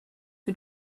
who